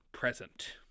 Present